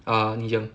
ah 你讲